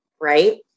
right